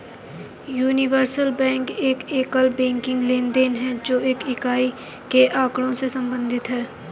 universal bank एक एकल banking लेनदेन है, जो एक इकाई के आँकड़ों से संबंधित है